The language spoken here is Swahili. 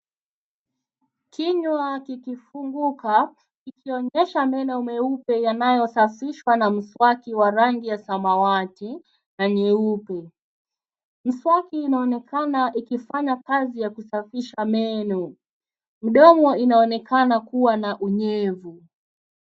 Kinywa kikifunguka kikionyesha meno meupe yanayosafishwa na mswaki wa rangi ya samawati na nyeupe. Mswaki unaonekana ikifanya kazi ya kusafisha meno. Mdomo unaonekana kuwa na unyevu.